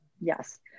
Yes